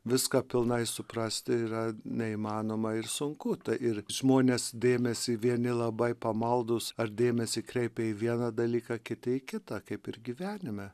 viską pilnai suprasti yra neįmanoma ir sunku tai ir žmonės dėmesį vieni labai pamaldūs ar dėmesį kreipia į vieną dalyką kiti į kitą kaip ir gyvenime